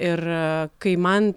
ir kai man